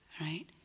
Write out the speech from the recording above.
right